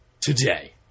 today